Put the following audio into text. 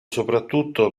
soprattutto